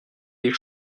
les